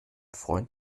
freund